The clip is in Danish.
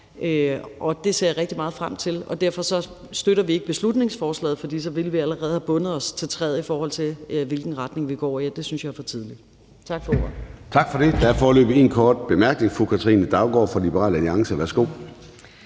Det ser jeg rigtig meget frem til, og derfor støtter vi ikke beslutningsforslaget, for så ville vi allerede have bundet os til træet, i forhold til hvilken retning vi går i, og det synes jeg er for tidligt. Tak for ordet. Kl. 09:36 Formanden (Søren Gade): Tak for det. Der er foreløbig én kort bemærkning. Fru Katrine Daugaard fra Liberal Alliance. Værsgo.